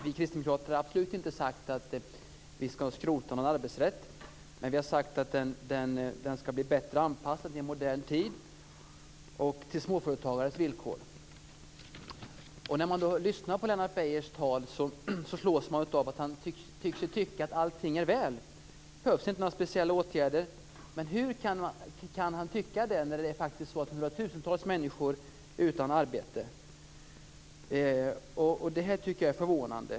Vi Kristdemokrater har absolut inte sagt att vi skall skrota någon arbetsrätt. Vi har sagt att den skall bli bättre anpassad till en modern tid och till småföretagens villkor. När man lyssnar på Lennart Beijers tal slås man av att han tycker att allting är väl. Det behövs inte några speciella åtgärder. Hur kan han tycka det när hundratusentals människor är utan arbete? Jag tycker att det är förvånande.